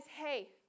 hey